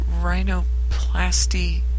rhinoplasty